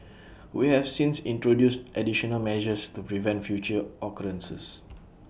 we have since introduced additional measures to prevent future occurrences